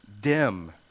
dim